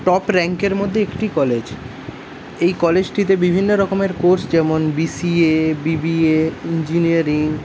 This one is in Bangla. টপ র্যাঙ্কের মধ্যে একটি কলেজ এই কলেজটি বিভিন্ন রকমের কোর্স যেমন বিসিএ বিবিএ ইঞ্জিনিয়ারিং